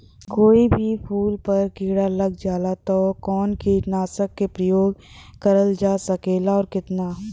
कोई भी फूल पर कीड़ा लग जाला त कवन कीटनाशक क प्रयोग करल जा सकेला और कितना?